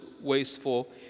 wasteful